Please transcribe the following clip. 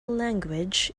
language